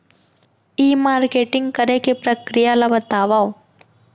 ई marketing करे के प्रक्रिया ला बतावव?